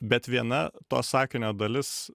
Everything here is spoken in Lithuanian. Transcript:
bet viena to sakinio dalis